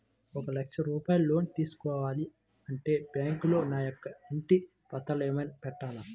ఒక లక్ష రూపాయలు లోన్ తీసుకోవాలి అంటే బ్యాంకులో నా యొక్క ఇంటి పత్రాలు ఏమైనా పెట్టాలా?